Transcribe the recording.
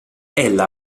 ella